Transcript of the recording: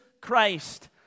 Christ